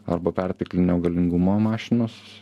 arba perteklinio galingumo mašinos